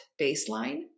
baseline